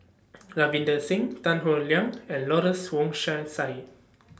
Ravinder Singh Tan Howe Liang and Lawrence Wong Shyun Tsai